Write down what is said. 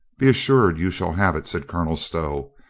be assured you shall have it, said colonel stow,